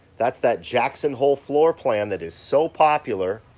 that's that jackson hole floorplan that is so popular.